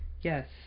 Yes